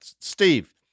Steve